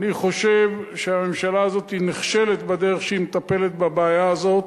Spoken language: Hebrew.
אני חושב שהממשלה הזאת נכשלת בדרך שבה היא מטפלת בבעיה הזאת,